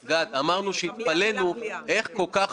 לפני התהליך נכונה לתגובתו של נגיד בנק ישראל.